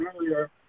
earlier